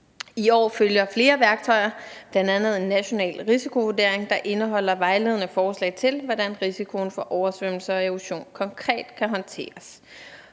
I år følger flere værktøjer, bl.a. en national risikovurdering, der indeholder vejledende forslag til, hvordan risikoen for oversvømmelser og erosion konkret kan håndteres.